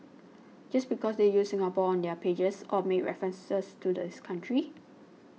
just because they use Singapore on their pages or make references to this country